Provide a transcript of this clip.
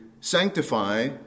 sanctify